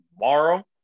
tomorrow